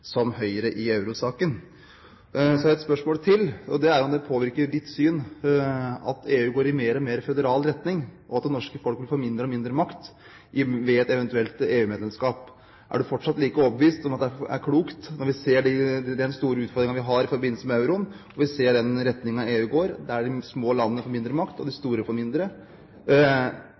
som Høyre i euro-saken. Så har jeg et spørsmål til, og det er om det påvirker ditt syn at EU går i mer og mer føderal retning, og at det norske folk vil få mindre og mindre makt ved et eventuelt EU-medlemskap. Er man fortsatt like overbevist om at det er klokt, når vi ser den store utfordringen vi har i forbindelse med euroen, og vi ser den retningen EU går i, der de store landene får mer makt og de små får mindre.